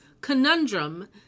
conundrum